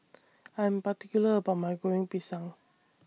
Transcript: I Am particular about My Goreng Pisang